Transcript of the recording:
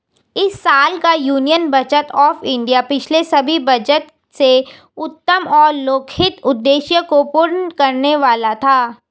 इस साल का यूनियन बजट ऑफ़ इंडिया पिछले सभी बजट से उत्तम और लोकहित उद्देश्य को पूर्ण करने वाला था